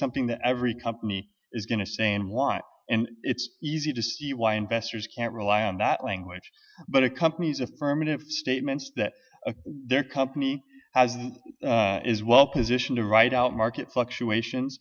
something that every company is going to say in line and it's easy to see why investors can't rely on that language but a company's affirmative statements that their company is well positioned to write out market fluctuations